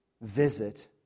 visit